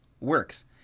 works